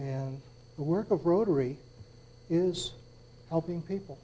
and the work of rotary is helping people